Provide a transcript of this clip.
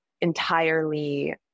entirely